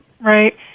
Right